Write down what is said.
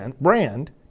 brand